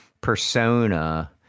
persona